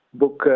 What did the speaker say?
book